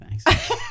Thanks